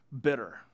bitter